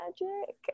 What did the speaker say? magic